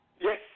Yes